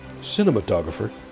cinematographer